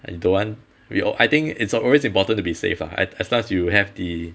I don't want we all I think it's err it's always important to be safe ah as long as you have the